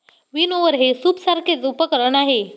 विनओवर हे सूपसारखेच उपकरण आहे